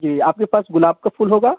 جی آپ کے پاس گلاب کا پھول ہوگا